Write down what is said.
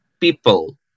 people